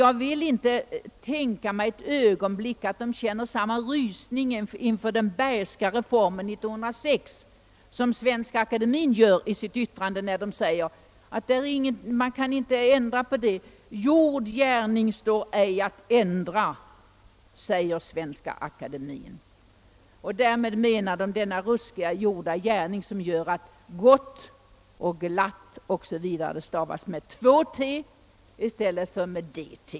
Jag vill inte för ett ögonblick tro att de känner samma rysning inför den Bergska reformen 1906 som Svenska akademien att döma av sitt yttrande tycks göra. »Gjord gärning står ej att ändra», skriver Svenska akademien. Och den ruskiga gärning som avses är den reform som gjorde att gott, glatt o.s.v. numera stavas med tt i stället för med dt.